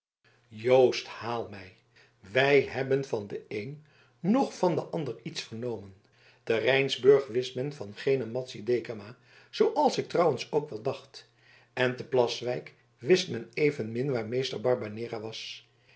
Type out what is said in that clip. joost haal mij wij hebben van den een noch van den ander iets vernomen te rijnsburg wist men van geene madzy dekama zooals ik trouwens ook wel dacht en te plaswijk wist men evenmin waar meester barbanera was